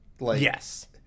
Yes